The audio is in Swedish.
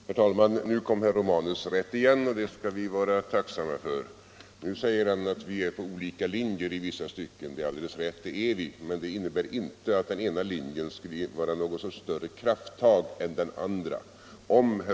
Herr talman! Nu kom herr Romanus rätt igen, och det skall vi vara tacksamma för. Nu säger han att vi är på olika linjer i vissa stycken. Det är alldeles rätt, men det innebär inte att den ena linjen betyder någon sorts större krafttag än den andra.